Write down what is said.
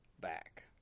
back